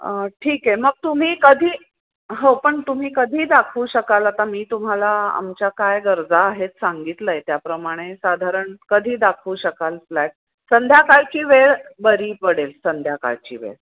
ठीक आहे मग तुम्ही कधी हो पण तुम्ही कधी दाखवू शकाल आता मी तुम्हाला आमच्या काय गरजा आहेत सांगितलं आहे त्याप्रमाणे साधारण कधी दाखवू शकाल फ्लॅट संध्याकाळची वेळ बरी पडेल संध्याकाळची वेळ